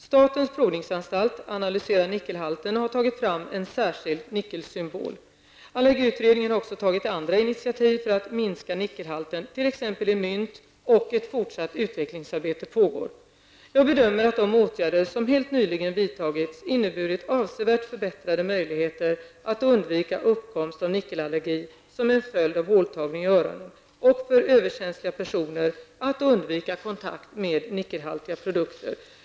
Statens provningsanstalt analyserar nickelhalten och har tagit fram en särskild nickelsymbol. Allergiutredningen har också tagit andra initiativ för att minska nickelhalten t.ex. i mynt, och ett fortsatt utvecklingsarbete pågår. Jag bedömer att de åtgärder som helt nyligen vidtagits inneburit avsevärt förbättrade möjligheter att undvika uppkomst av nickelallergi som en följd av håltagning i öronen och för överkänsliga personer att undvika kontakt med nickelhaltiga produkter.